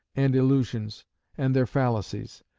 and illusions and their fallacies.